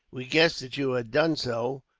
we guessed that you had done so,